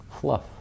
fluff